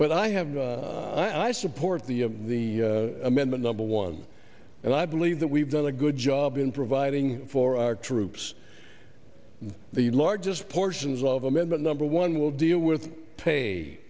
but i have i support the the amendment number one and i believe that we've done a good job in providing for our troops the largest portions of amendment number one will deal with pay